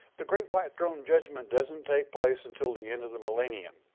the great white throne judgment doesn't take place until the end of the millennium